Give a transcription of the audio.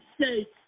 States